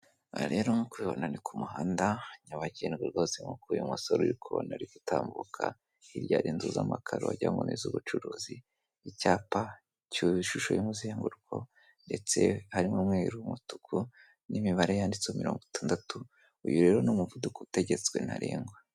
Aha rero nk'uko ubibona ni ku muhanda nyabagendwa rwose, nk'uko uyu musore uri kubona ari gutambuka, hirya hari inzu z'amakaro wagira ngo ni iz'ubucuruzi, icyapa cy'ishusho y'umuzenguruko ndetse harimo umweru, umutuku n'imibare yanditseho mirongo itandatu, uyu rero ni umuvuduko utegetswe ntarengwa.